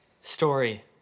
story